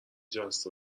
جست